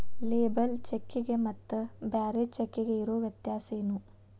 Labour ಚೆಕ್ಕಿಗೆ ಮತ್ತ್ ಬ್ಯಾರೆ ಚೆಕ್ಕಿಗೆ ಇರೊ ವ್ಯತ್ಯಾಸೇನು?